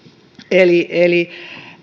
eli eli